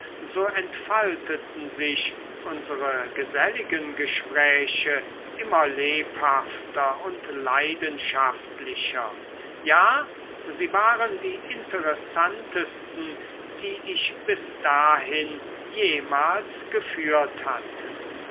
so entfalteten sich unsere geselligen gespräche immer lebhafter und leidenschaftlicher ja sie waren die interessantesten die ich bis dahin jemals geführt hatte